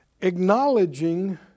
acknowledging